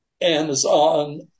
Amazon